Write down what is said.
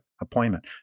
appointment